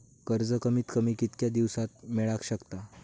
कर्ज कमीत कमी कितक्या दिवसात मेलक शकता?